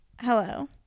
hello